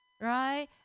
right